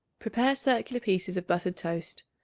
prepare circular pieces of buttered toast.